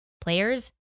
players